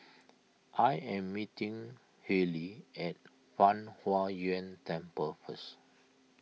I am meeting Hailey at Fang Huo Yuan Temple first